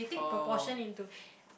oh